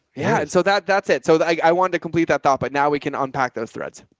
yeah. and so that that's it. so i wanted to complete that thought, but now we can unpack those threads.